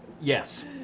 Yes